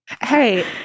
Hey